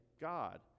God